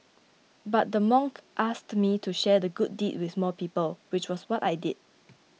but the monk asked me to share the good deed with more people which was what I did